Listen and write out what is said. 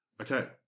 Okay